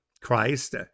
christ